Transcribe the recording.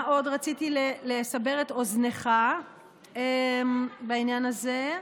במה עוד רציתי לסבר את אוזנך בעניין הזה?